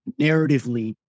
narratively